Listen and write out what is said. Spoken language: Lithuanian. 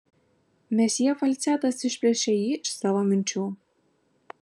mesjė falcetas išplėšė jį iš savo minčių